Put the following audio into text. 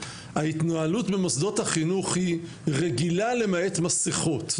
ההתנהלות במוסדות החינוך היא רגילה למעט מסכות,